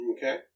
Okay